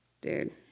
Dude